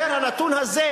הנתון הזה,